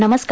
नमस्कार